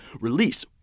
release